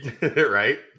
right